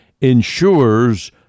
ensures